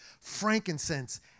frankincense